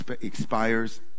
expires